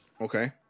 Okay